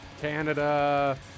Canada